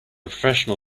professional